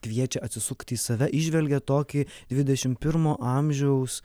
kviečia atsisukti į save įžvelgia tokį dvidešim pirmo amžiaus